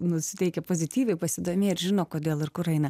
nusiteikę pozityviai pasidomėt žino kodėl ir kur eina